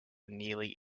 nearly